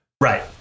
Right